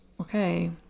okay